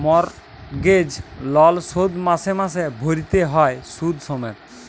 mortgage loan শোধ মাসে মাসে ভ্যইরতে হ্যয় সুদ সমেত